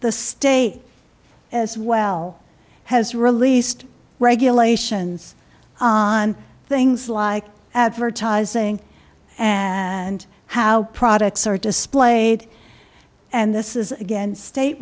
state as well has released regulations on things like advertising and how products are displayed and this is again state